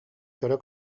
көрө